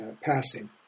passing